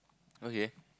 okay